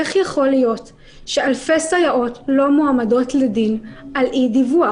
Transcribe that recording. איך יכול להיות שאלפי סייעות לא מועמדות לדין על אי דיווח?